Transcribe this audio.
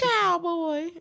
Cowboy